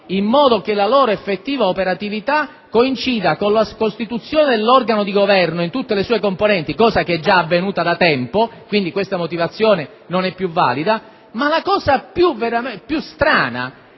in modo che la loro effettiva operatività coincida con la costituzione dell'organo di governo in tutte le sue componenti, cosa che è già avvenuta da tempo (quindi, questa motivazione non è più valida). Stranamente,